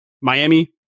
Miami